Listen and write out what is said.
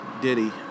Diddy